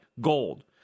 gold